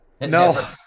No